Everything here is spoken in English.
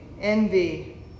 envy